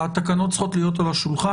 התקנות צריכות להיות על השולחן.